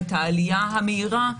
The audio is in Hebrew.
את העלייה המהירה.